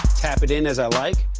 tap it in as i like,